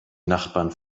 nachbarn